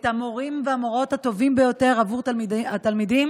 את המורים והמורות הטובים ביותר עבור התלמידים.